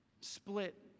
split